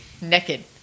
Naked